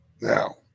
now